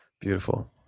Beautiful